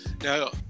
Now